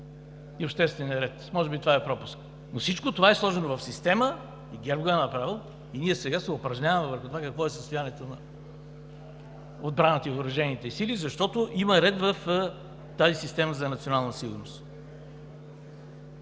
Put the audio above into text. и обществения ред. Може би това е пропуск. Всичко това е сложено в система, ГЕРБ го е направил и ние сега се упражняваме върху това какво е състоянието на отбраната и въоръжените сили, защото има ред в тази система за национална сигурност.